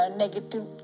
negative